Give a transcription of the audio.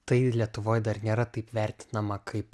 tai lietuvoj dar nėra taip vertinama kaip